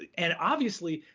and obviously,